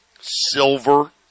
Silver